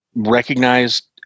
Recognized